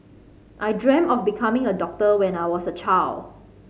I dreamt of becoming a doctor when I was a child